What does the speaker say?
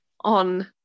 on